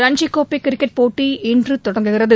ரஞ்சிக் கோப்பை கிரிக்கெட் போட்டி இன்று தொடங்குகிறது